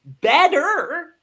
Better